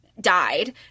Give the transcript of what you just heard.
died